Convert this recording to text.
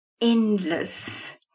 endless